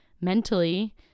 mentally